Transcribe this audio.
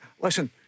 listen